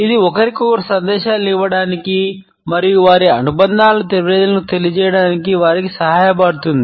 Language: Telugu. ఇది ఒకరికొకరు సందేశాలను ఇవ్వడానికి మరియు వారి అనుబంధాలను ప్రజలకు తెలియజేయడానికి వారికి సహాయపడుతుంది